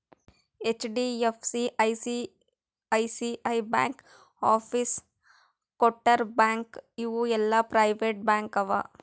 HDFC, ICICI bank, Axis, Kotak bank ಇವು ಎಲ್ಲಾ private bank ಅವಾ